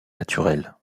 naturel